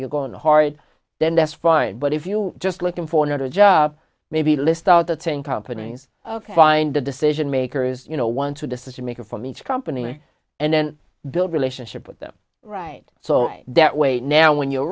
you're going hard then that's fine but if you just looking for another job maybe list out the ten companies ok find the decision makers you know once a decision maker from each company and then build a relationship with them right so that way now when you're